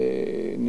נמצא,